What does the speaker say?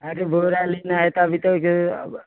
अरे बोरा लेना है तो अभी तो